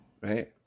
right